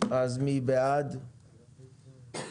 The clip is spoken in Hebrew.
מי בעד ההסתייגות?